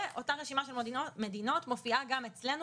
ואותה רשימה של מדינות מופיעה גם אצלנו